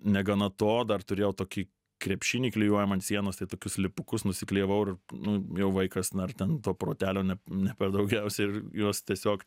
negana to dar turėjau tokį krepšinį klijuojamą ant sienos tai tokius lipukus nusiklijavau ir nu jau vaikas na ar ten to protelio ne ne per daugiausiai ir jos tiesiog